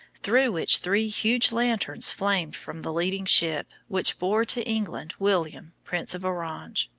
through which three huge lanterns flamed from the leading ship, which bore to england william, prince of orange.